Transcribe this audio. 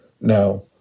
Now